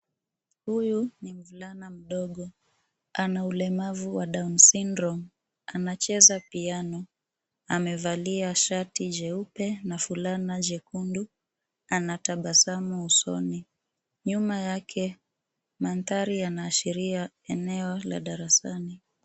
Huyu ni mvulana mdogo ana ulemavu wa down syndrome , anacheza piano, amevalia shati jeupe na fulana jekundu. Anatabasamu usoni. Nyuma yake, mandhari yanaashiria eneo la darasani.